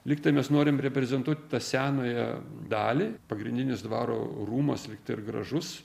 lyg tai mes norim reprezentuoti tą senąją dalį pagrindinis dvaro rūmas lyg tai ir gražus